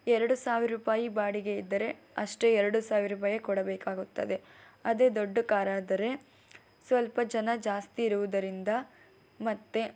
ಎರಡು ಸಾವಿರ ರೂಪಾಯಿ ಬಾಡಿಗೆ ಇದ್ದರೆ ಅಷ್ಟೇ ಎರಡು ಸಾವಿರ ರೂಪಾಯೇ ಕೊಡಬೇಕಾಗುತ್ತದೆ ಅದೇ ದೊಡ್ಡ ಕಾರ್ ಆದರೆ ಸ್ವಲ್ಪ ಜನ ಜಾಸ್ತಿ ಇರುವುದರಿಂದ ಮತ್ತು